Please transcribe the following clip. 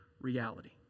reality